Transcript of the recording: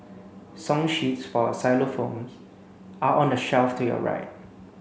song sheets for xylophones are on the shelf to your right